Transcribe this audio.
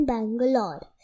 Bangalore